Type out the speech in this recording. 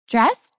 Dress